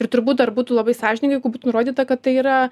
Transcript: ir turbūt dar būtų labai sąžininga jeigu būtų nurodyta kad tai yra